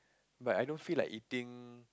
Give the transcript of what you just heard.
but I don't feel like eating